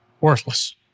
worthless